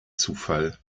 zufall